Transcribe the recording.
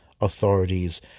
authorities